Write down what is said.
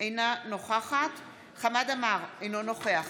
אינה נוכחת חמד עמאר, אינו נוכח